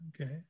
Okay